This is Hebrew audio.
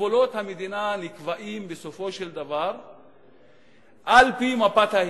שגבולות המדינה נקבעים בסופו של דבר על-פי מפת ההתנחלויות,